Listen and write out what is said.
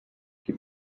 qui